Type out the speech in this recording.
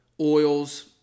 oils